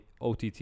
ott